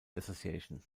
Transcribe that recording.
association